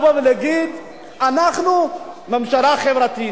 ולבוא ולהגיד: אנחנו ממשלה חברתית.